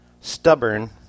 stubborn